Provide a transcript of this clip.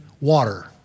water